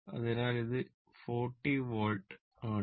അതിനാൽ ഇത് 40 വോൾട്ട് ആണ്